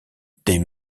des